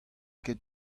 ket